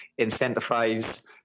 incentivize